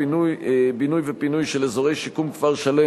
בינוי ופינוי של אזורי שיקום (כפר-שלם),